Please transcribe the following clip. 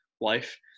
life